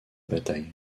bataille